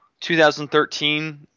2013